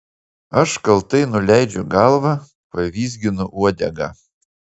aš kaltai nuleidžiu galvą pavizginu uodegą